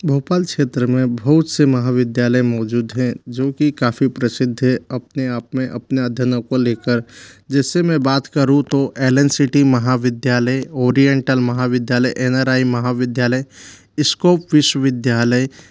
भोपाल क्षेत्र में बहुत से महाविद्यालय मौजूद हैं जोकि काफ़ी प्रसिद्ध है अपने आप में अपने अध्ययनों को लेकर जैसे मैं बात करूँ तो एल एन सिटी महाविद्यालय ओरियेंटल महाविद्यालय एन आर आई महाविद्यालय इसको विश्वविद्यालय